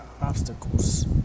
obstacles